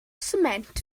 sment